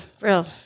real